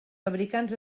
fabricants